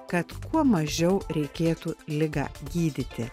kad kuo mažiau reikėtų ligą gydyti